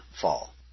fall